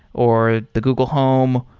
or the google home,